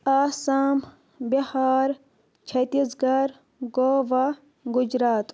Assam Bihar Chhattisgarh Goa Gujarat